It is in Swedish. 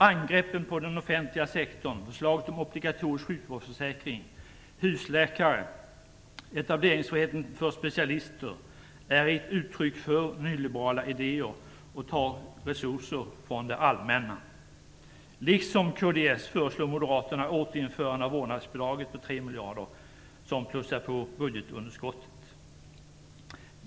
Angreppen på den offentliga sektorn, förslaget om en obligatorisk sjukvårdsförsäkring, om husläkare och om etableringsfriheten för specialister är uttryck för nyliberala idéer som innebär att resurser tas från det allmänna. Liksom kds föreslår moderaterna ett återinförande av vårdnadsbidraget på 3 miljarder, som plussar på budgetunderskottet.